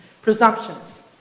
Presumptions